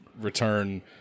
return